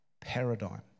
paradigm